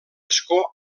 escó